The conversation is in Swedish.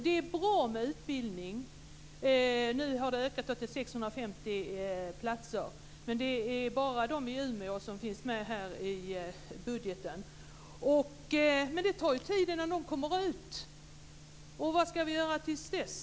Det är bra med utbildning, och nu har den ökat upp till 650 platser - även om det bara är de i Umeå som finns med i budgeten. Men det tar ju tid innan dessa kommer ut. Vad ska vi göra till dess?